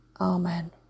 amen